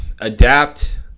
Adapt